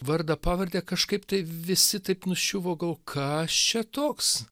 vardą pavardę kažkaip tai visi taip nuščiuvo galvoja kas čia toks